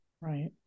Right